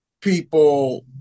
people